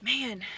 man